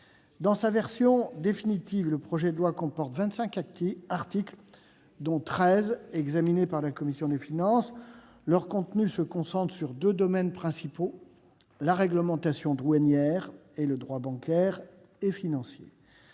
Dans sa version définitive, le projet de loi comporte vingt-cinq articles, dont treize ont été examinés par la commission des finances. Leur contenu se concentre sur deux domaines principaux : la réglementation douanière et le droit bancaire et financier.